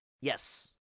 Yes